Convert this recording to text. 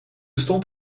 stond